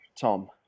Tom